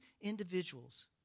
individuals